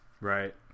Right